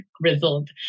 grizzled